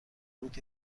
بود